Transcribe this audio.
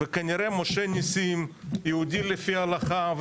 וכנראה משה נסים יהודי לפי ההלכה,